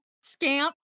scamp